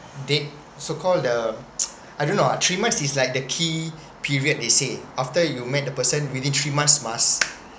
date so called the I don't know three months is like the key period they say after you met the person within three months must